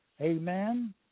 Amen